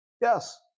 Yes